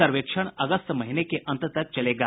सर्वेक्षण अगस्त महीने के अंत तक चलेगा